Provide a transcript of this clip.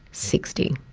sixty.